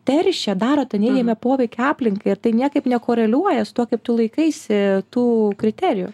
teršia daro tą neigiamą poveikį aplinkai ir tai niekaip nekoreliuoja su tuo kaip tu laikaisi tų kriterijų